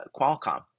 Qualcomm